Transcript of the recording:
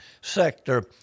sector